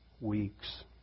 weeks